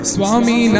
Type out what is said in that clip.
Swami